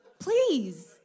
Please